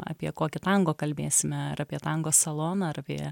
apie kokį tango kalbėsime ar apie tango saloną ar apie